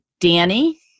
Danny